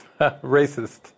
racist